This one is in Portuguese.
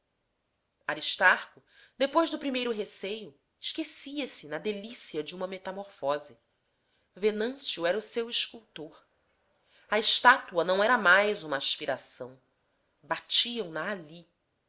diretor aristarco depois do primeiro receio esquecia-se na delícia de uma metamorfose venâncio era o seu escultor a estátua não era mais uma aspiração batiam na ali